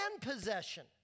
possession